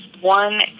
One